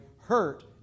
hurt